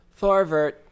Thorvert